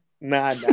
nah